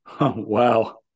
Wow